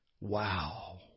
Wow